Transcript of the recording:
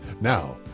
Now